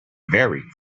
very